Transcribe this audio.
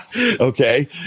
okay